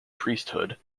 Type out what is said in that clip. priesthood